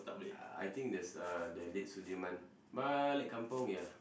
I think there's uh the late Sudirman balik kampung ya